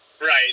Right